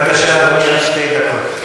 בבקשה, אדוני, עד שתי דקות.